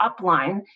upline